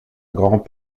grands